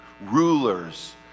rulers—